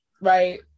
right